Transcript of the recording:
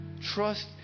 Trust